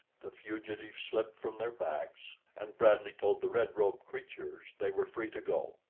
the fugitives slipped from their backs, and bradley told the red-robed creatures they were free to go.